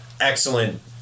excellent